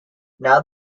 now